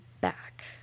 back